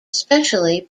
especially